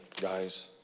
guys